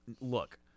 look